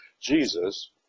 Jesus